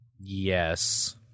Yes